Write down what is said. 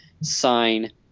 sign